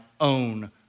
own